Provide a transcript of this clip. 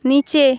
নিচে